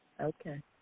Okay